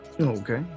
Okay